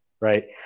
right